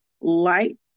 light